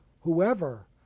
whoever